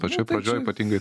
pačioj pradžioj ypatingai